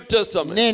Testament